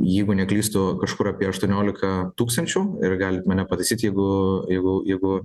jeigu neklystu kažkur apie aštuoniolika tūkstančių ir galit mane pataisyt jeigu jeigu jeigu